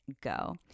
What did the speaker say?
go